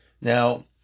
now